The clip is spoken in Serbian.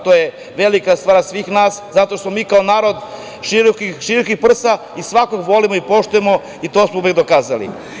To je velika stvar svih nas, zato što smo mi kao narod širokih prsa i svakog volimo i poštujemo i to smo uvek dokazali.